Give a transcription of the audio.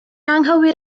anghywir